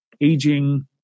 aging